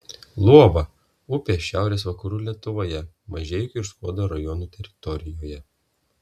luoba upė šiaurės vakarų lietuvoje mažeikių ir skuodo rajonų teritorijoje